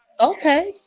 Okay